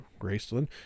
graceland